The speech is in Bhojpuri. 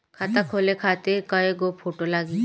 खाता खोले खातिर कय गो फोटो लागी?